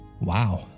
Wow